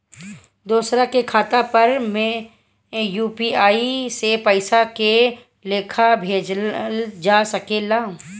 दोसरा के खाता पर में यू.पी.आई से पइसा के लेखाँ भेजल जा सके ला?